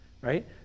right